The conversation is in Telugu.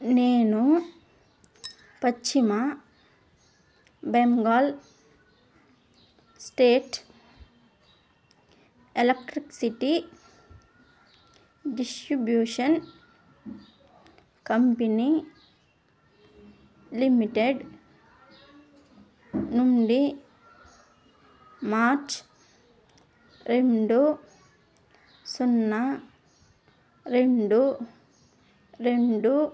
నేను Paschim Bengal state electricity distribution company limited నుండి మార్చ్ రెండు సున్నా రెండు రెండు